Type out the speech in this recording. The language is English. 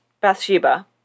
Bathsheba